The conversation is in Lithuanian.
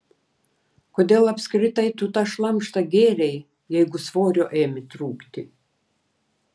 kodėl apskritai tu tą šlamštą gėrei jeigu svorio ėmė trūkti